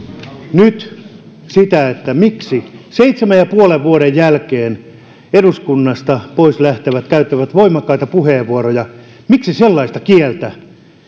nyt sitä miksi seitsemän ja puolen vuoden jälkeen eduskunnasta pois lähtevät käyttävät voimakkaita puheenvuoroja miksi sellaista kieltä